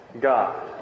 God